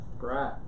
Right